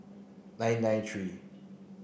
nine nine three